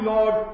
Lord